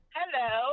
hello